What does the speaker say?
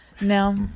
No